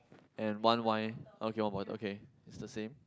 and one wine okay one bottle okay is the same